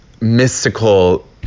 mystical